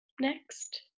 Next